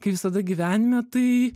kai visada gyvenime tai